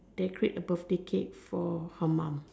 decorate a birthday cake for her mom